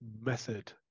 method